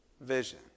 vision